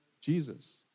Jesus